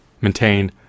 maintain